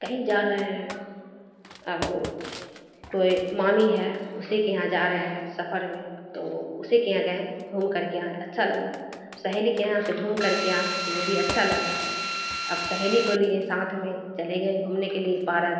کہیں جا رہے ہیں اب کوئی مامی ہے اسی کے یہاں جا رہے ہیں سفر میں تو وہ اسی کے یہاں گئیں گھوم کر کے آئیں اچھا لگا سہیلی کے یہاں سے گھوم کر کے آئیں وہ بھی اچھا لگا اب سہیلی کو لیے ساتھ میں چلے گئے گھومنے کے لیے پارک